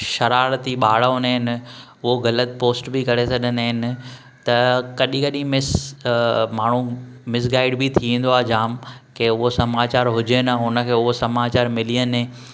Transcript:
शरारती ॿार हूंदा आहिनि उहो ग़लति पोस्ट बि करे छॾींदा आहिनि त कॾहिं कॾहिं मिस माण्हूं मिस गाइड बि थी वेंदो आहे जाम के उहो समाचार हुजे न हुनखें हूअ समाचार मिली वञे